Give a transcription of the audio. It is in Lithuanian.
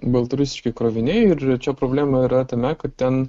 baltarusiški kroviniai ir čia problema yra tame kad ten